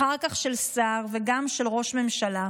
אחר כך של שר וגם של ראש ממשלה.